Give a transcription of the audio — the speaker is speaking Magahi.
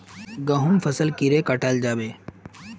गहुम फसल कीड़े कटाल जाबे?